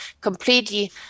completely